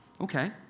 Okay